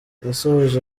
yasoje